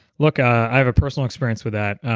look i have a personal experience with that.